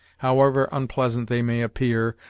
however unpleasant they may appear,